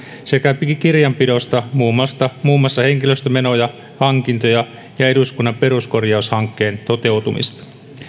sekä kirjanpidosta muun muassa muun muassa henkilöstömenoja hankintoja ja eduskunnan peruskorjaushankkeen toteutumista